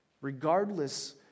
Regardless